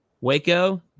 Waco